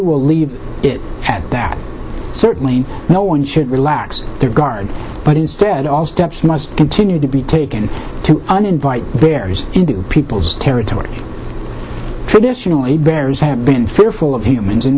will leave it at that certainly no one should relax their guard but instead all steps must continue to be taken to uninvite bears in the peoples territory traditionally bears have been fearful of humans